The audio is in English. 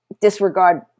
Disregard